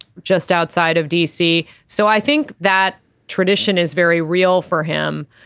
just outside of d c. so i think that tradition is very real for him.